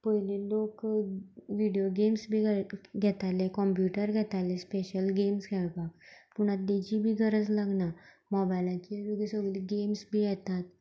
पयले लोक video games बी खेळ घेताले कॉम्प्युटर घेताले स्पेशल गेम्स खेळपाक पूण आतां ताजी बी गरज लागना मोबायलाचेर तुका सगळी गेम्स बी येतात